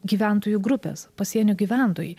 gyventojų grupės pasienio gyventojai